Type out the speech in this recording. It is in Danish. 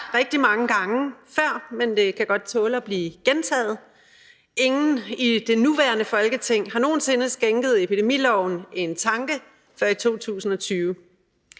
rigtig mange gange før, men det kan godt tåle at blive gentaget: Ingen i det nuværende Folketing har nogensinde skænket epidemiloven en tanke før i 2020.